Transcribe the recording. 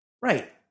Right